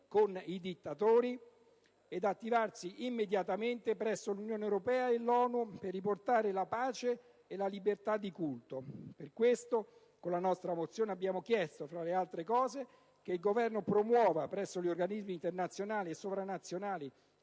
con i dittatori ed attivarsi immediatamente presso l'Unione europea e l'ONU per riportare la pace e la libertà di culto. Per questo motivo, con la nostra mozione abbiamo chiesto, tra le altre cose, che il Governo promuova presso gli organismi internazionali e sovranazionali